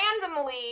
randomly